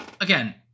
Again